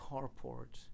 Carport